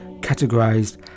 categorized